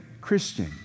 Christian